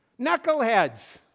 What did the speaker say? Knuckleheads